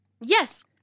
Yes